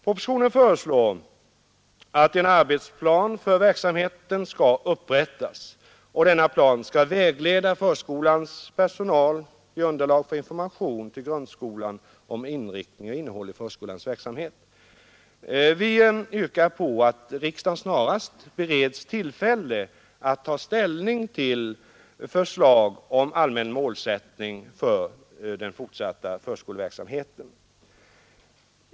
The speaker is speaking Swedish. Propositionen föreslår att en arbetsplan för verksamheten skall upprättas. Denna plan skall vägleda förskolans personal och ge underlag för information till grundskolan om inriktning och innehåll i förskolans verksamhet. Vi yrkar att riksdagen snarast skall beredas tillfälle att ta ställning till förslag om allmän målsättning för den fortsatta förskoleverksamheten.